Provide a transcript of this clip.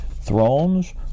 thrones